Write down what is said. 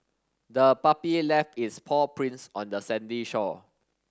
the puppy left its paw prints on the sandy shore